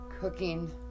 cooking